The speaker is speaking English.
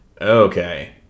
Okay